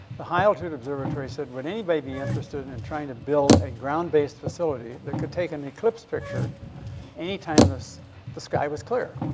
the high altitude observatory said, would anybody be interested in and trying to build a ground-based facility that could take an eclipse picture any time the sky was clear?